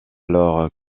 alors